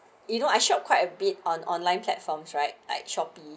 you know I shop quite a bit on online platforms right like shopee